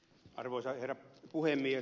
arvoisa herra puhemies